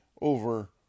over